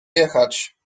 jechać